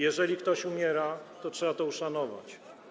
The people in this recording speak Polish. Jeżeli ktoś umiera, to trzeba to uszanować.